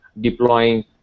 Deploying